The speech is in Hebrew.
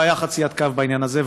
לא הייתה חציית קו בעניין הזה.